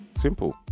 Simple